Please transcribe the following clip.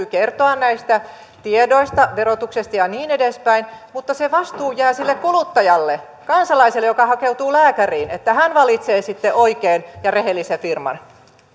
kertoa näistä tiedoista verotuksesta ja niin edespäin mutta se vastuu jää sille kuluttajalle kansalaiselle joka hakeutuu lääkäriin että hän valitsee sitten oikein ja rehellisen firman